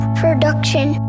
production